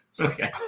Okay